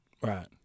Right